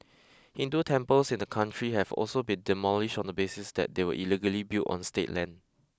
Hindu temples in the country have also been demolished on the basis that they were illegally built on state land